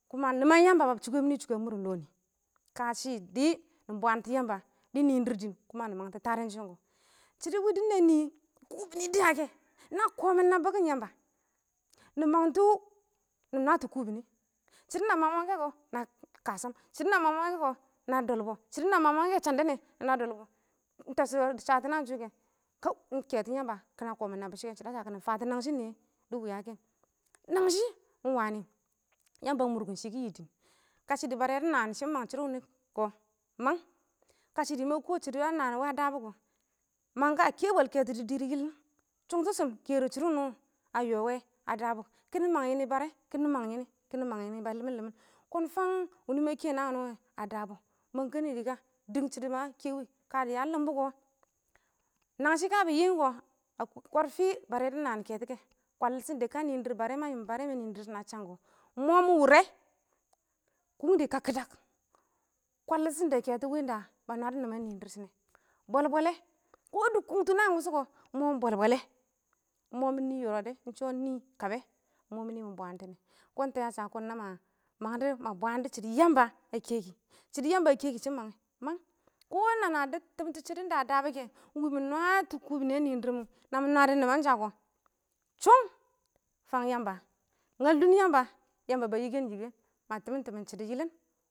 kuma nɪman yamba ba shʊkɛ mɪnɪ shʊkɛ a mʊr lɔ nɪ, kashɪ dɪ mɪ bwaantɔ yamba dɪ nɪɪn dɪrr dɪɪn kuma mɪ mangtɔ tadɔn shɪn kɔ. shɪdɔ wɪ dɪ nɛɛn nɪ kubini dɪya kɛ, na kɔ mɪn nabɪn kɪn yamba nɪ mangtɔ nɪ nwatɔ kubini, shɪdɔ na mang mangɛ kɛ kɔ na shɪdɔ na mangɛ kɛ kɔ na dɔlbɔ, shɪdɔ na mang mangɛ kɛ kɔ shandɛ nɛ na dɔlbɔ, ɪng tɛshɔ dɪ sha tɔ naan shʊ kɛ ɪng kɛtɔn yamba kɪna kɔmɪn nabbɪshɪ wɛ ɪng shɪdɔ a sha kɪnɪ fatɔ nangshɪ nɪyɛ dɪ wuya kɛ. nangshɪ ɪng wanɪ, yamba a mʊrkʊm shɪkɪ yɪ dɪɪn kashɪ dɪ bare dɪ naan shɪ mang shɪdʊ wɪnɪ kɔ mang, kashɪ dɪ ma kɔ shɪdɔ a naan wɛ a dabɔ kɔ, mangka kɛnɛdɪ, mang kɛtɔ dɪ diir yɪlɪm shʊngtɪshɪm kɛr shɪdɔ wʊnʊ wɔ ma yɔ yɛ wɛ a dabɔ kɪnɪ mang yɪnɪ. Bare mang yɪnɪ kɪnɪ mang yɪnɪ ba lɪmɪn lɪmɪn, kɔn fang wɪnɪ ma kɛ naan wɪnɪ wɛ a dabɔ mang kɛnɛdɪ, dɪng shidɔ ma kɛwɪ ka dɪ a lɪmbɔ kɔ. Nangshɪ ka bɪ yɪm kɔ, kɔrfɪ bare dɪ naan kɛtɔ kɛ, kwalɪtɪshɪm dɛ, ka ma yɪ mɪn dɪrr bare mɛ a cham kɔ ɪng mɔ mɪ wʊrɛ kʊn dɪ kakkɪdak kwalɪtɪshɪm dɛ kɛtɔ wɪba nwadɔ nɪman nɪɪn dɪrr shɪne, bɔl-bɔlɛ, kɔ dɪ kʊgntʊ naan wʊshʊ kɔ ɪng mɔ bɔl bɔlɛ ɪng mɔ mɪ nɪ yɔrɔb dɛ, ɪng, shɔ ɪng na kabɛ ɪng mɔ mɪ nɪ ma bwaantɪ nɛ. Kɔn tɛshɔ a sha ma bwaan dɔ shɪdɔ yamba a kɛkɪ. Shɪdo yamba a kɛkɪ shɪn mangɛ mang, kɔ nana dɪ tɪmtɔ shɪdɔ da a dabɔ kɛ, ɪng wɪ mɪ nwatɔ kubini a nɪɪn dɪrr mɪn nami nwadɔ nɪmansha kɔ, chung fang yamba ngal dʊn yamba, yamba ba yɪkɛn yɪkɛn, ma tɪmɪn tɪmɪn shɪdɔ yɪlɪn.